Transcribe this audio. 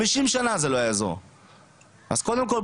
אז קודם כל,